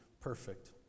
perfect